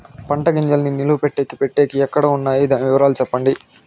పంటల గింజల్ని నిలువ పెట్టేకి పెట్టేకి ఎక్కడ వున్నాయి? దాని వివరాలు సెప్పండి?